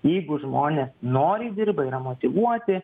jeigu žmonės noriai dirba yra motyvuoti